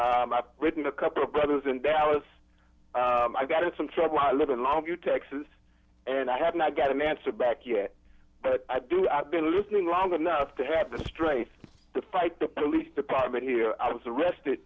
ishmael i've written a couple of brothers in dallas i've got some trouble i live in labview texas and i have not got an answer back yet but i do i've been listening long enough to have the strength to fight the police department here i was arrested